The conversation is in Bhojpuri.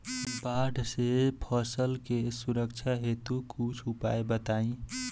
बाढ़ से फसल के सुरक्षा हेतु कुछ उपाय बताई?